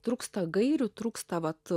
trūksta gairių trūksta vat